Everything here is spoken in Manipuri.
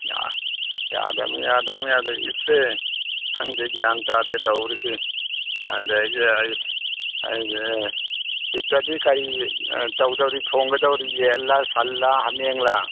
ꯌꯥꯗꯃꯤ ꯌꯥꯗꯃꯤ ꯌꯥꯗꯦ ꯏꯗꯁꯦ ꯈꯪꯗꯦ ꯒ꯭ꯌꯥꯟ ꯇꯥꯗꯦ ꯇꯧꯔꯤꯁꯦ ꯑꯗꯒꯤ ꯑꯩ ꯑꯩꯗꯤ ꯏꯗꯇꯗꯤ ꯀꯔꯤ ꯇꯧꯗꯧꯔꯤ ꯊꯣꯡꯒꯗꯧꯔꯤ ꯌꯦꯜꯂ ꯁꯜꯂ ꯍꯥꯃꯦꯡꯂ